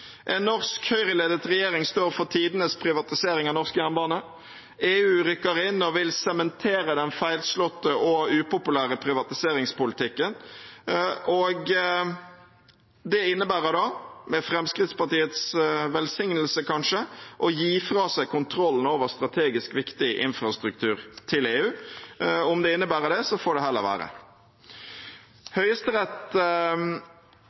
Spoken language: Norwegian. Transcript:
En norsk Høyre-ledet regjering står for tidenes privatisering av norsk jernbane. EU rykker inn og vil sementere den feilslåtte og upopulære privatiseringspolitikken. Det innebærer da – med Fremskrittspartiets velsignelse kanskje – å gi fra seg kontrollen over strategisk viktig infrastruktur til EU. Om det innebærer det, får det heller